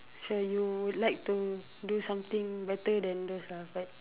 so you like to do something better than those ah but